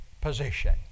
position